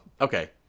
Okay